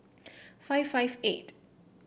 five five eight